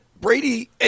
Brady –